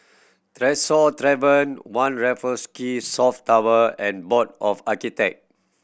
Tresor Tavern One Raffles Quay South Tower and Board of Architect